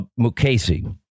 Mukasey